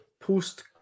post